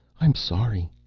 i am sorry.